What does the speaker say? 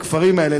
בכפרים האלה,